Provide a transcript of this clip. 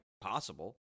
possible